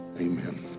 Amen